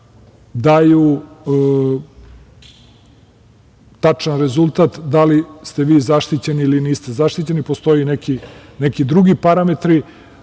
daju tačan rezultat da li ste vi zaštićeni ili niste zaštićeni, postoje i neki drugi parametri.